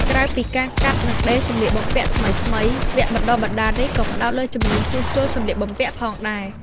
ក្រៅពីការកាត់ និងដេរសំលៀកបំពាក់ថ្មីៗ វគ្គបណ្ដុះបណ្ដាលនេះក៏ផ្តោតលើជំនាញជួសជុលសំលៀកបំពាក់ផងដែរ។